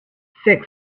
six